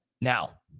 Now